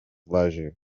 leisure